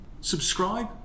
subscribe